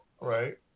Right